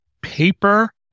paper